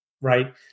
Right